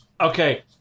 Okay